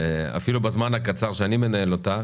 אפילו בזמן הקצר שאני מנהל אותה,